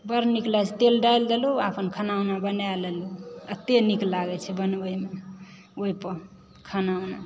बड़ नीक लागै छै तेल डालि देलहुँ आ अपन खाना ओना बनाए लेलहुँ एते नीक लागै छै बनबैमे ओहि पर खाना